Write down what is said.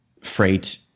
freight